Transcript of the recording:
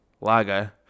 Lager